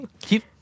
Keep